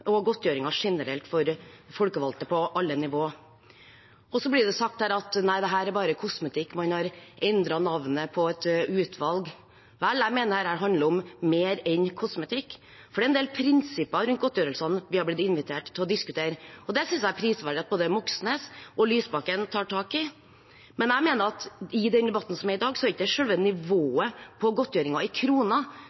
og godtgjørelsen generelt for folkevalgte på alle nivå. Så blir det sagt her: Nei, dette er bare kosmetikk, man har endret navnet på et utvalg. Vel, jeg mener dette handler om mer enn kosmetikk, for det er en del prinsipper rundt godtgjørelsene vi har blitt invitert til å diskutere. Det synes jeg er prisverdig at både Moxnes og Lysbakken tar tak i, men jeg mener at i den debatten som er i dag, er det ikke